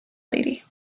lady